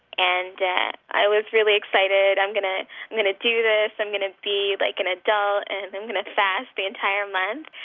and yeah i was really excited. i'm gonna gonna do this. i'm gonna be like an adult, and i'm gonna fast the entire month.